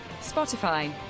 Spotify